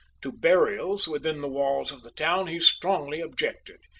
to burials within the walls of the town he strongly objected,